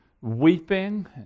weeping